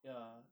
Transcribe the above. ya